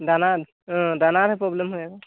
দানা দানা প্ৰব্লেম হয় আৰু